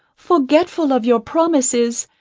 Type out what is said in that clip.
forgetful of your promises,